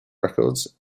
records